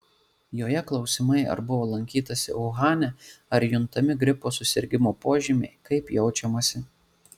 joje klausimai ar buvo lankytasi uhane ar juntami gripo susirgimo požymiai kaip jaučiamasi